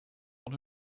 van